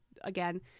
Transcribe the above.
again